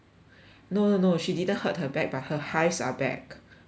no no no she didn't hurt her back but her hives are back hives